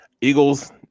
Eagles